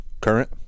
Current